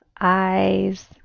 eyes